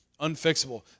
unfixable